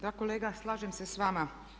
Da kolega, slažem se sa vama.